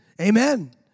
Amen